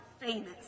famous